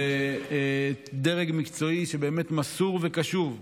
דרג מקצועי שבאמת מסור וקשוב,